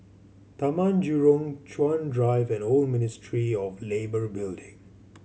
Taman Jurong Chuan Drive and Old Ministry of Labour Building